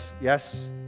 Yes